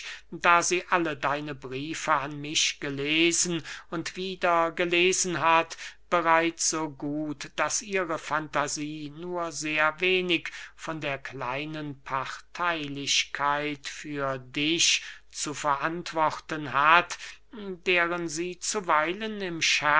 da sie alle deine briefe an mich gelesen und wieder gelesen hat bereits so gut daß ihre fantasie nur sehr wenig von der kleinen parteylichkeit für dich zu verantworten hat deren sie zuweilen im